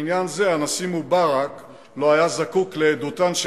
בעניין זה הנשיא מובארק לא היה זקוק לעדותן של